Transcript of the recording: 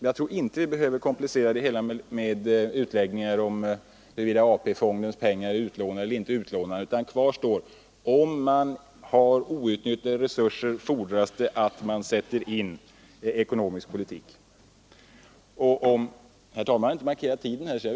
Vi behöver inte komplicera det hela med utläggningar om huruvida AP-fondens pengar är utlånade eller inte, utan kvar står: Om man har outnyttjade resurser fordras det att man sätter in en stimulerande ekonomisk politik.